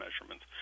measurements